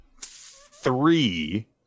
three